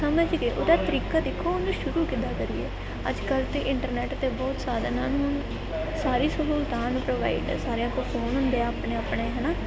ਸਮਝ ਕੇ ਉਹਦਾ ਤਰੀਕਾ ਦੇਖੋ ਉਹਨੂੰ ਸ਼ੁਰੂ ਕਿੱਦਾਂ ਕਰੀਏ ਅੱਜ ਕੱਲ੍ਹ ਤਾਂ ਇੰਟਰਨੈੱਟ 'ਤੇ ਬਹੁਤ ਸਾਧਨ ਹਨ ਹੁਣ ਸਾਰੀਆਂ ਸਹੂਲਤਾਂ ਸਾਨੂੰ ਪ੍ਰੋਵਾਈਡ ਸਾਰਿਆਂ ਕੋਲ ਫੋਨ ਹੁੰਦੇ ਆ ਆਪਣੇ ਆਪਣੇ ਹੈ ਨਾ